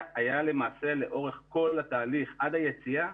למעשה לאורך כל התהליך, עד היציאה,